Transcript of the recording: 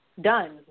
done